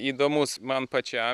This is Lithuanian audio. įdomus man pačiam